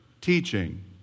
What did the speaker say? teaching